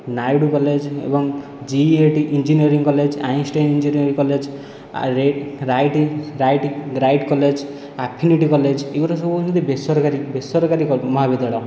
Naidu college ଏବଂ GIET engineering college Einstein engineering college Wright college Affinity college ଏଗୁଡ଼ା ସବୁ ହେଉଛନ୍ତି ବେସରକାରୀ ବେସରକାରୀ ମହାବିଦ୍ୟାଳୟ